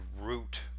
root